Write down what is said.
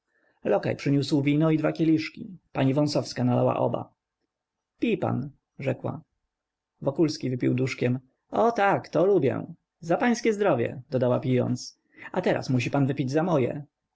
lokaj przyniósł wino i dwa kieliszki pani wąsowska nalała oba pij pan rzekła wokulski wypił duszkiem o tak to lubię za pańskie zdrowie dodała pijąc a teraz musi pan wypić za moje